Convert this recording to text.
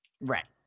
Right